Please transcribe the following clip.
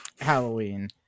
Halloween